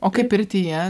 o kaip pirtyje